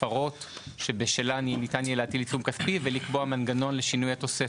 הפרות שבשלן יהיה ניתן להטיל עיצום כספי ולקבוע מנגנון לשינוי התוספת?